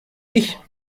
ich